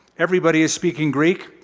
everybody is speaking greek.